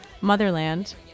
motherland